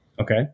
Okay